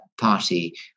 party